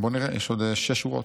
בוא נראה, יש עוד שש שורות.